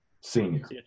senior